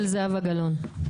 של זהבה גלאון.